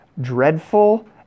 dreadful